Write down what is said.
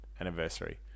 anniversary